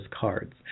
cards